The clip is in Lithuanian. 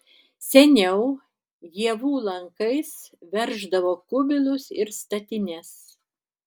seniau ievų lankais verždavo kubilus ir statines